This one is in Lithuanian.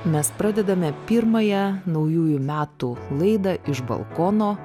mes pradedame pirmąją naujųjų metų laidą iš balkono